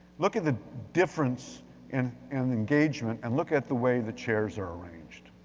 look at the difference in and engagement, and look at the way the chairs are arranged.